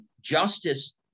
justice